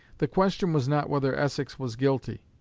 the question was not whether essex was guilty.